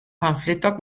panfletoak